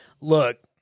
Look